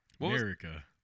America